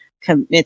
commit